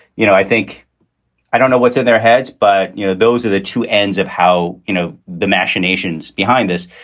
you know, i think i don't know what's in their heads, but you know those are the two ends of how, you know, the machinations behind this.